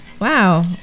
Wow